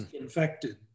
infected